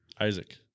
Isaac